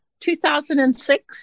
2006